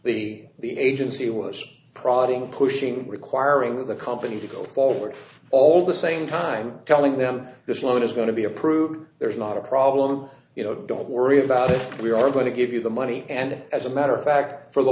the agency was prodding pushing requiring the company to go forward all the same time telling them this loan is going to be approved there's not a problem you know don't worry about it we are going to give you the money and as a matter of fact for the